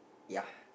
ya